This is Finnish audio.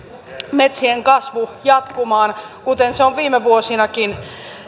metsien kasvun jatkumaan kuten viime vuosinakin